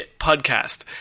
podcast